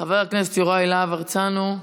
חבר הכנסת יוראי להב הרצנו.